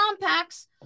compacts